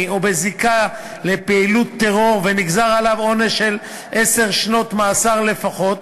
או בזיקה לפעילות טרור ונגזר עליו עונש של עשר שנות מאסר לפחות,